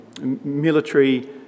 military